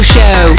Show